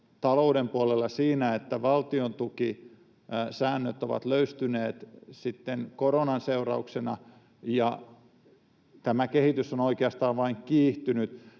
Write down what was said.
talouden puolella siinä, että valtiontukisäännöt ovat löystyneet sitten koronan seurauksena, ja tämä kehitys on oikeastaan vain kiihtynyt.